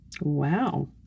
Wow